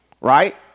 right